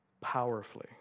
powerfully